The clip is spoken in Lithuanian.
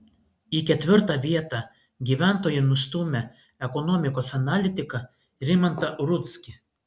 į ketvirtą vietą gyventojai nustūmė ekonomikos analitiką rimantą rudzkį